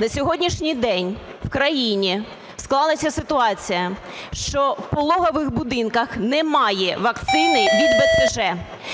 На сьогоднішній день в країні склалася ситуація, що в пологових будинках немає вакцини від БЦЖ.